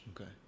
Okay